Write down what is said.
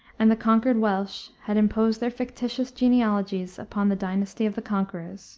and the conquered welsh had imposed their fictitious genealogies upon the dynasty of the conquerors